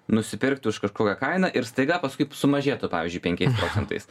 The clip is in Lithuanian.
nusipirkti už kažkokią kainą ir staiga paskui sumažėtų pavyzdžiui penkiais procentais